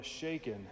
shaken